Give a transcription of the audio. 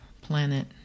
planet